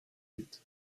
huit